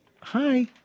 Hi